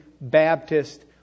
Baptist